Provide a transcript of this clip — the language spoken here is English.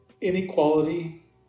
inequality